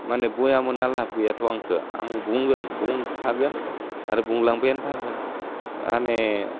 माने बया मोन्ना लाब गैयाथ' आंखो आं बुंगोन बुंखागोन आरो बुंलांबायानो थागोन आने